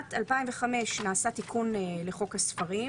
בשנת 2005 נעשה תיקון לחוק הספרים